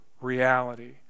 reality